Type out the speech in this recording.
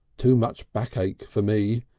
too much backache for me.